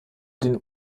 den